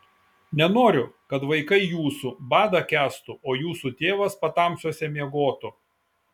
nenoriu kad vaikai jūsų badą kęstų o jūsų tėvas patamsiuose miegotų